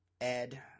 Ed